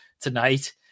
tonight